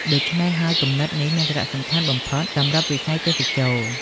ដូច្នេះហើយ គំនិតនេះមានសារៈសំខាន់បំផុតសម្រាប់វិស័យទេសចរណ៍។